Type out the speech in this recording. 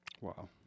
Wow